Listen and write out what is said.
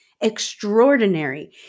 extraordinary